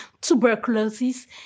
tuberculosis